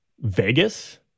Vegas